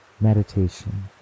Meditation